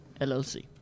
LLC